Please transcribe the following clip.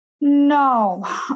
No